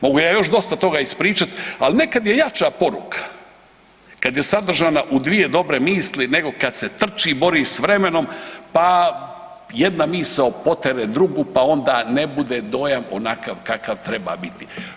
Mogu ja još dosta toga ispričat, ali nekad je jača poruka kada je sadržana u dvije dobre misli nego kad se trči, bori s vremenom pa jedna misao potare drugu pa onda ne bude dojam onakav kakav treba biti.